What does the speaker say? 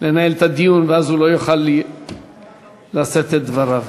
לנהל את הדיון, ואז הוא לא יוכל לשאת את דבריו.